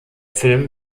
film